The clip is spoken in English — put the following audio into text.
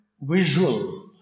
visual